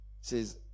says